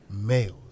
males